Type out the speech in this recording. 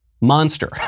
monster